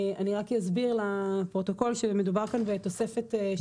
אני רק אסביר לפרוטוקול שמדובר כאן בתוספת.